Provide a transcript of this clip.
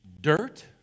dirt